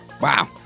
Wow